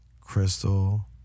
crystal